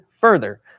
further